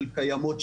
של קיימות,